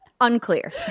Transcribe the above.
Unclear